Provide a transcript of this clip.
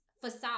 facade